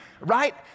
Right